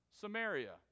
samaria